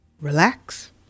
relax